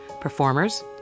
performers